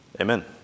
Amen